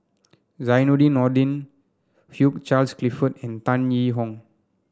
Zainudin Nordin Hugh Charles Clifford and Tan Yee Hong